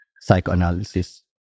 psychoanalysis